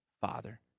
Father